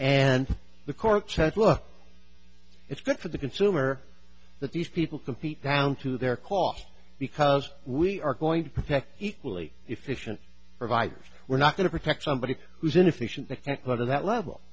and the court said look it's good for the consumer that these people compete down to their cost because we are going to protect equally efficient providers we're not going to protect somebody who's inefficient that can't go to that level